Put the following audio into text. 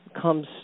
comes